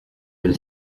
will